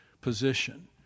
position